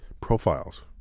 profiles